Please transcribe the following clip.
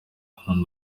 hano